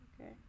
Okay